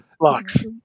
locks